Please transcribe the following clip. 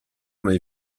come